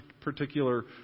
particular